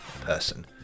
person